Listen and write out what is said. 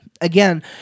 again